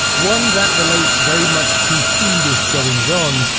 one that relates very much to fiendish goings on,